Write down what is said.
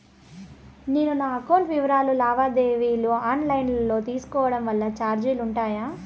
నేను నా అకౌంట్ వివరాలు లావాదేవీలు ఆన్ లైను లో తీసుకోవడం వల్ల చార్జీలు ఉంటాయా?